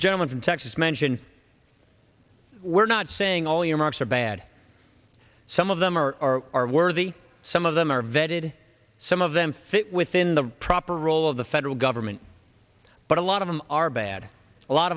gentleman from texas mention we're not saying all earmarks are bad some of them are are worthy some of them are vetted some of them fit within the proper role of the federal government but a lot of them are bad a lot